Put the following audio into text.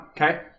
okay